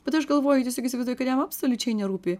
bet aš galvoju tiesiog įsivaizduoju kad jam absoliučiai nerūpi